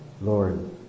Lord